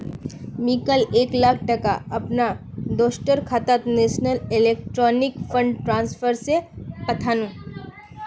मी काल एक लाख टका अपना दोस्टर खातात नेशनल इलेक्ट्रॉनिक फण्ड ट्रान्सफर से पथानु